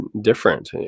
different